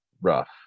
rough